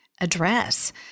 address